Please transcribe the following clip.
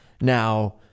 Now